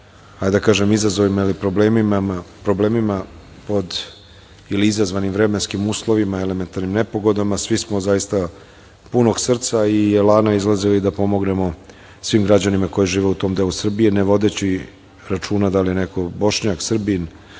da kažem izazovima ili problemima pod ili izazvanim vremenskim uslovima, elementarnim nepogodama, svi smo zaista punog srca i elana izlazili da pomognemo svim građanima koji žive u tom delu Srbije, ne vodeći računa da li je neko Bošnjak, Srbin